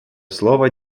слово